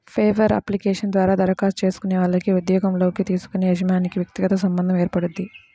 paper application ద్వారా దరఖాస్తు చేసుకునే వాళ్లకి ఉద్యోగంలోకి తీసుకునే యజమానికి వ్యక్తిగత సంబంధం ఏర్పడుద్ది